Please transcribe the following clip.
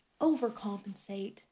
overcompensate